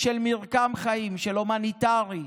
של מרקם חיים, של הומניטרי.